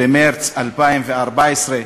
במרס 2014,